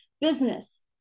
business